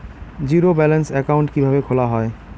Zero balance account কিভাবে খোলা হয়?